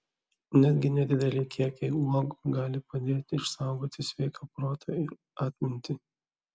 netgi nedideli kiekiai uogų gali padėti išsaugoti sveiką protą ir atmintį